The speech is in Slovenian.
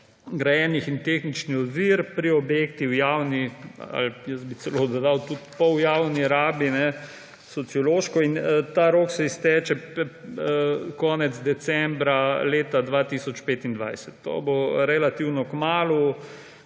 grajenih in tehničnih ovir pri objektih v javni ali – jaz bi celo dodal – tudi pol javni rabi, sociološko. In ta rok se izteče konec decembra leta 2025. To bo relativno kmalu.